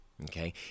Okay